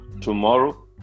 Tomorrow